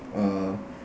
uh